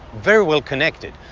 very well connected,